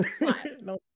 No